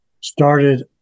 started